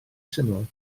syml